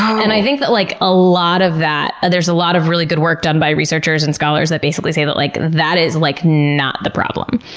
and i think that like a lot of that, there's a lot of really good work done by researchers and scholars that basically say that like that is like not the problem.